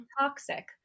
toxic